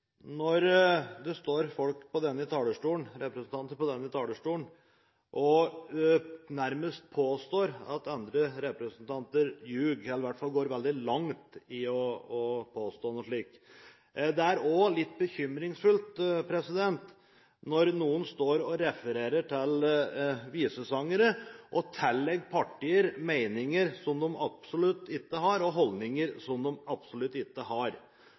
når det står representanter på denne talerstolen og nærmest påstår at andre representanter lyver – eller i hvert fall går veldig langt i å påstå noe slikt. Det er også litt bekymringsfullt at noen står og refererer til visesangere og tillegger partier meninger og holdninger som de absolutt ikke har.